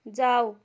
जाऊ